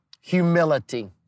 humility